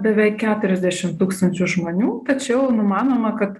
beveik keturiasdešim tūkstančių žmonių tačiau numanoma kad